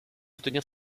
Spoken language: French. soutenir